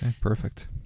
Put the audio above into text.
perfect